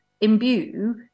imbue